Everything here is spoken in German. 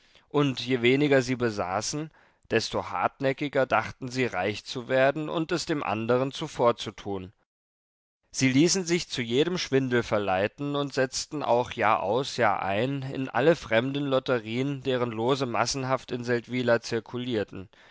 und je weniger sie besaßen desto hartnäckiger dachten sie reich zu werden und es dem andern zuvorzutun sie ließen sich zu jedem schwindel verleiten und setzten auch jahraus jahrein in alle fremden lotterien deren lose massenhaft in seldwyla zirkulierten